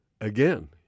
again